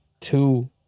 two